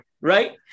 Right